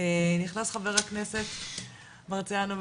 נכנס חבר הכנסת הרצנו,